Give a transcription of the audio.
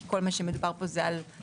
כי מדובר פה בסך הכול על בקשה.